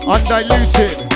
Undiluted